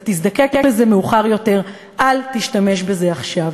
אתה תזדקק לזה מאוחר יותר, אל תשתמש בזה עכשיו.